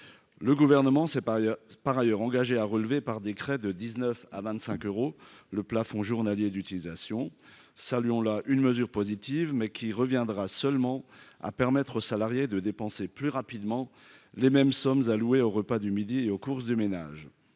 le gouvernement c'est pas par ailleurs engagé à relever par décret de 19 à 25 euros le plafond journalier d'utilisation, saluons la une mesure positive mais qui reviendra seulement à permettre aux salariés de dépenser plus rapidement les mêmes sommes allouées au repas du midi et aux courses du ménage